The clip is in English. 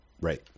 right